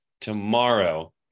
tomorrow